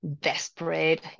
desperate